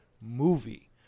movie